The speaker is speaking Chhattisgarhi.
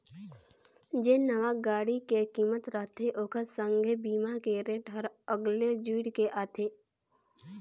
जेन नावां गाड़ी के किमत रथे ओखर संघे बीमा के रेट हर अगले जुइड़ के आथे